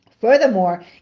Furthermore